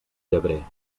llebrer